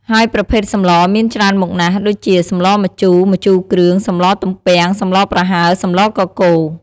ហើយប្រភេទសម្លរមានច្រើនមុខណាស់ ដូចជា សម្លរម្ជូរ ម្ជូរគ្រឿង សម្លរទំពាំង សម្លរប្រហើរ សម្លរកកូរ។